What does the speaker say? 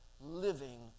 living